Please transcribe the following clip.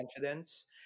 confidence